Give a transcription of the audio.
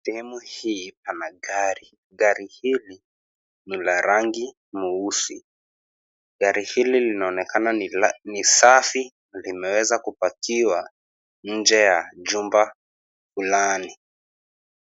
Sehemu hii pana gari, gari hili lina gari mweusi. Gari hili linaonekana ni safi linaweza kupakiwa nje ya jumba fulani.